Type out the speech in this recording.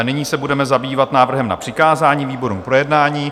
Nyní se budeme zabývat návrhem na přikázání výborům k projednání.